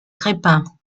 crespin